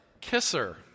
Kisser